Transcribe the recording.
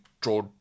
draw